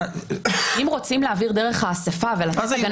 אם רוצים להעביר דרך האספה ונתת הגנה